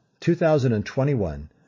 2021